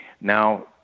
now